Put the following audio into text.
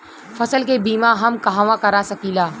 फसल के बिमा हम कहवा करा सकीला?